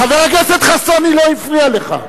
חבר הכנסת חסון, היא לא הפריעה לך.